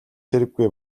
хэрэггүй